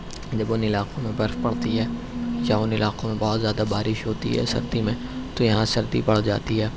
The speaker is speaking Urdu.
جب ان علاقوں میں برف پڑتی ہے یا ان علاقوں میں بہت زیادہ بارش ہوتی ہے سردی میں تو یہاں سردی بڑھ جاتی ہے